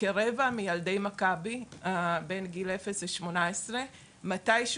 כרבע מילדי מכבי בין גיל 0 ל-18 מתישהו